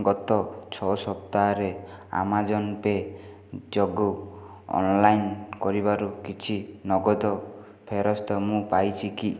ଗତ ଛଅ ସପ୍ତାହରେ ଆମାଜନ୍ ପେ ଯୋଗେ ଅନଲାଇନ୍ କାରବାରରୁ କିଛି ନଗଦ ଫେରସ୍ତ ମୁଁ ପାଇଛି କି